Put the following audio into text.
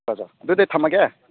ꯆꯣ ꯆꯣ ꯑꯗꯨꯗꯤ ꯊꯝꯃꯒꯦ